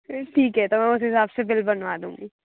फिर ठीक है त मैं उस हिसाब से बिल बनवा दूँगी